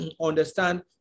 understand